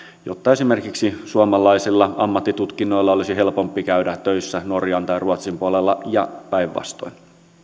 jotta esimerkiksi suomalaisilla ammattitutkinnoilla olisi helpompi käydä töissä norjan tai ruotsin puolella ja päinvastoin